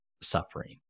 suffering